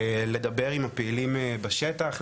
לדבר עם הפעילים בשטח,